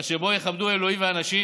אשר בי יכבדו אלהים ואנשים